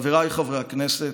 חבריי חברי הכנסת,